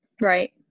right